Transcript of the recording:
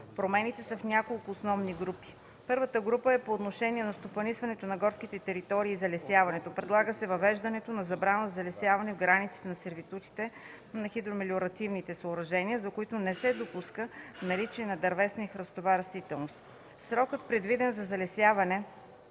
Промените са няколко основни групи: Първата група е по отношение на стопанисването на горските територии и залесяването. Предлага се въвеждането на забрана за залесяване в границите на сервитутите на хидромелиоративните съоръжения, за които не се допуска наличие на дървесна и храстова растителност. Срокът, предвиден за залесяване